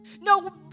No